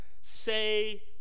Say